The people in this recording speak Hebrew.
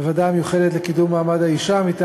בוועדה לקידום מעמד האישה ולשוויון מגדרי,